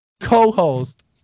co-host